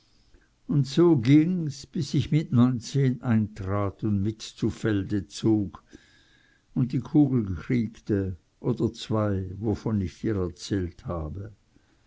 und so ging's bis ich mit neunzehn eintrat und mit zu felde zog und die kugel kriegte oder zwei wovon ich dir erzählt habe